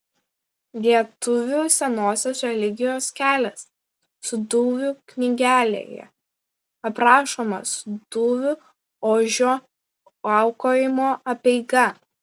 lietuvių senosios religijos kelias sūduvių knygelėje aprašoma sūduvių ožio aukojimo apeiga